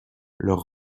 leurs